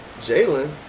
Jalen